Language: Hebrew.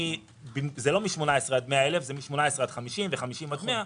לא מ-18 100 אלף אלא מ-18 50 ומ-50 100,